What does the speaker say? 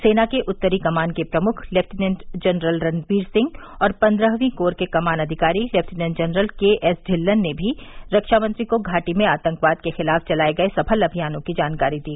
सेना के उत्तरी कमान के प्रमुख लेफ्टिनेंट जनरल रणबीर सिंह और पन्द्रहवीं कोर के कमान अधिकारी lieutenant general K S Dhillon ने भी रक्षा मंत्री को घाटी में आतंकवाद के खिलाफ चलाये गये सफल अमियानों की जानकारी दी